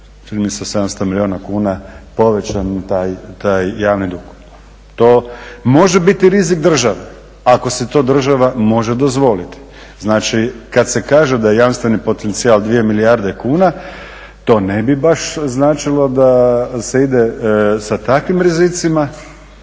700 milijuna kuna povećan taj javni dug. To može biti rizik države, ako si to država može dozvoliti. Znači, kad se kaže da je jamstveni potencijal 2 milijarde kuna to ne bi baš značilo da se ide sa takvim rizicima